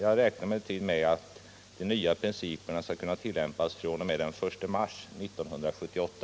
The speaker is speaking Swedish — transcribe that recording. Jag räknar emellertid med att de nya principerna skall kunna tillämpas fr.o.m. den 1 mars 1978.